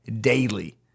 daily